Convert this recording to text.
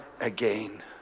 again